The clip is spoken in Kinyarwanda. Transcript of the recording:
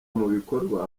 mubikorwa